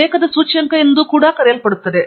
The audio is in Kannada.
ಉಲ್ಲೇಖದ ಸೂಚ್ಯಂಕ ಎಂದು ಕೂಡ ಕರೆಯಲ್ಪಡುತ್ತದೆ